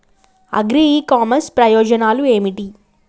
Agri e commerce ప్రయోజనాలు ఏమిటి?